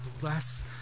bless